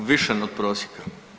Više od prosjeka.